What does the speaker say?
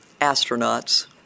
astronauts